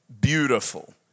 Beautiful